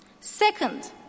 Second